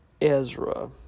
Ezra